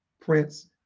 prince